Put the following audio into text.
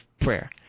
prayer